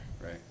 Right